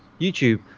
youtube